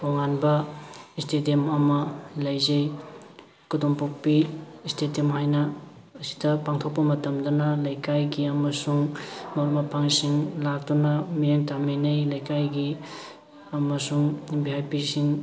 ꯇꯣꯉꯥꯟꯕ ꯏꯁꯇꯦꯗꯤꯌꯝ ꯑꯃ ꯂꯩꯖꯩ ꯀꯣꯗꯣꯝꯄꯣꯛꯄꯤ ꯏꯁꯇꯦꯗꯤꯌꯝ ꯍꯥꯏꯅ ꯑꯁꯤꯗ ꯄꯥꯡꯊꯣꯛꯄ ꯃꯇꯝꯗꯅ ꯂꯩꯀꯥꯏꯒꯤ ꯑꯃꯁꯨꯡ ꯃꯔꯨꯞ ꯃꯄꯥꯡꯁꯤꯡ ꯂꯥꯛꯇꯨꯅ ꯃꯤꯠꯌꯦꯡ ꯇꯥꯃꯤꯟꯅꯩ ꯂꯩꯀꯥꯏꯒꯤ ꯑꯃꯁꯨꯡ ꯚꯤ ꯑꯥꯏ ꯄꯤꯁꯤꯡꯒꯤ